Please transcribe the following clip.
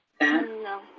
No